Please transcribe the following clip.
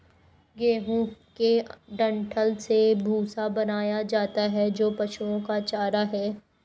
गेहूं के डंठल से भूसा बनाया जाता है जो पशुओं का चारा है